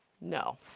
No